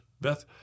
Beth